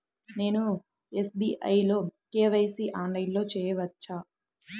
నేను ఎస్.బీ.ఐ లో కే.వై.సి ఆన్లైన్లో చేయవచ్చా?